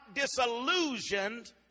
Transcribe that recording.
disillusioned